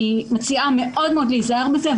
אני מציעה מאוד להיזהר מזה,